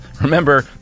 remember